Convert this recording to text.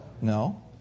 No